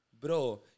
bro